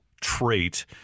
trait